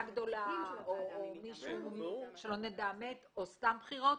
גדולה או שלא נדע מישהו מת או סתם בחירות,